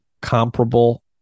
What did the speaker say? comparable